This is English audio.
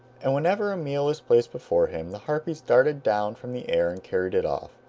and whenever a meal was placed before him the harpies darted down from the air and carried it off.